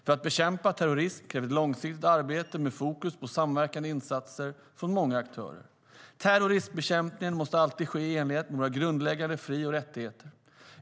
För att bekämpa terrorism krävs ett långsiktigt arbete med fokus på samverkande insatser från många aktörer. Terrorismbekämpningen måste alltid ske i enlighet med våra grundläggande fri och rättigheter.